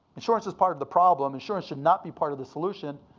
insurance is part of the problem. insurance should not be part of the solution.